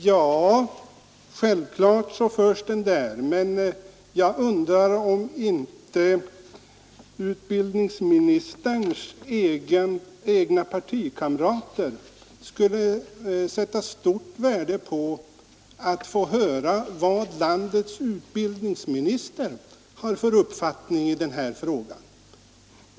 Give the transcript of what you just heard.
Ja, självfallet förs den där, men jag undrar om inte utbildningsministerns egna partikamrater skulle sätta stort värde på att få höra vilken uppfattning landets utbildningsminister har i denna fråga.